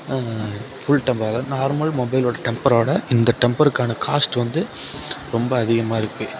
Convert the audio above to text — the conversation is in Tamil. ஃபுள் டெம்பர் அதாவது நார்மல் மொபைலோட டெம்பரோட இந்த டெம்பர்க்கான காஸ்ட் வந்து ரொம்ப அதிகமாக இருக்கு